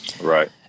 Right